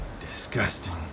Disgusting